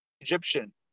Egyptian